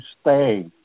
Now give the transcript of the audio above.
stay